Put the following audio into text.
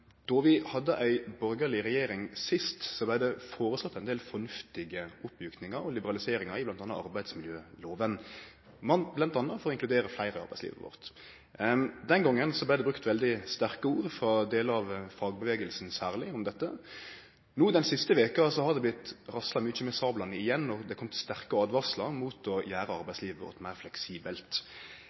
vi hadde ei borgarleg regjering, blei det foreslått ein del fornuftige oppmjukingar og liberaliseringar i f.eks. arbeidsmiljøloven, bl.a.for å inkludere fleire i arbeidslivet vårt. Den gongen blei det brukt veldig sterke ord om dette, særleg frå delar av fagrørsla. No den siste veka har det blitt rasla mykje med sablane igjen, og det har kome sterke åtvaringar mot å gjere arbeidslivet vårt meir fleksibelt.